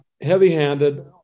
heavy-handed